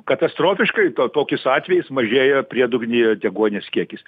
katastrofiškai tokiais atvejais mažėja priedugnyje deguonies kiekis